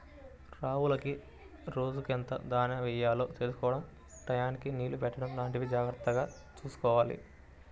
ఆవులకు రోజుకెంత దాణా యెయ్యాలో తెలుసుకోడం టైయ్యానికి నీళ్ళు పెట్టడం లాంటివి జాగర్తగా చూసుకోవాలి